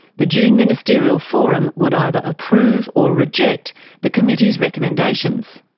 the june ministerial forum would either approve or reject the committee's recommendations.